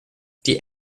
die